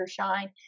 shine